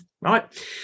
right